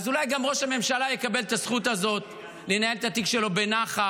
אולי גם ראש הממשלה יקבל את הזכות הזאת לנהל את התיק שלו בנחת,